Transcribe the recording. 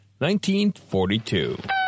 1942